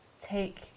take